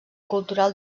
cultural